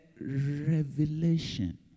revelation